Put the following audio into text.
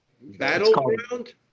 Battleground